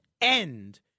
end